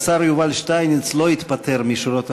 השר יובל שטייניץ לא התפטר משורות הממשלה,